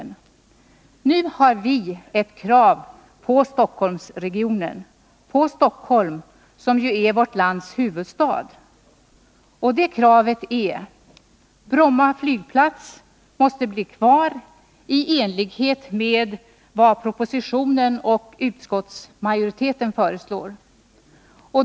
Men nu är det vi som ställer ett krav på Stockholmsregionen och på vår huvudstad Stockholm: Bromma flygplats måste bli kvar i enlighet med propositionens och utskottsmajoritetens förslag.